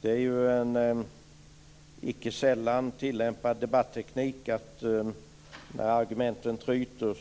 Det är en icke sällan tillämpad debatteknik att när argumenten tryter